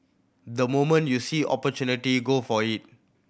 the moment you see opportunity go for it